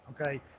Okay